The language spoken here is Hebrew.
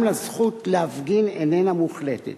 גם הזכות להפגין איננה מוחלטת.